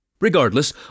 Regardless